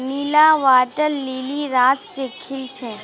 नीला water lily रात के खिल छे